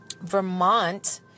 Vermont